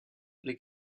les